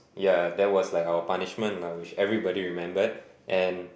yeah that was like our punishment lah which everybody remembered and